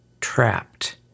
trapped